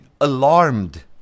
alarmed